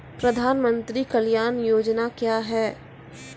प्रधानमंत्री कल्याण योजना क्या हैं?